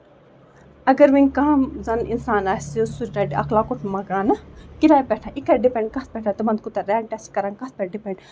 اَگر وۄنۍ کانٛہہ زَن اِنسان آسہِ سُہ رَٹہِ اکھ لۄکُٹ مَکانہٕ کِرایہِ پٮ۪ٹھ یہِ کرِ ڈِپینڈ کَتھ پٮ۪ٹھ تِمن کوٗتاہ رینٹ آسہِ کران کَتھ پٮ۪ٹھ ڈِپینڈ